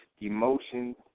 emotions